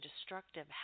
destructive